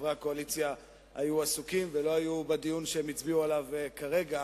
חברי הקואליציה היו עסוקים ולא היו בדיון שהם הצביעו עליו כרגע,